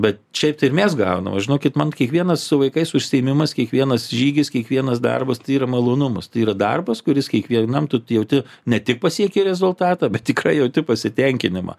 bet šiaip tai mes gaunam žinokit man kiekvienas su vaikais užsiėmimas kiekvienas žygis kiekvienas darbas yra malonumas tai yra darbas kuris kiekvienam tu jauti ne tik pasieki rezultatą bet tikrai jauti pasitenkinimą